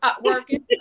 working